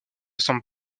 semble